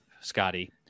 scotty